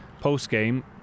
post-game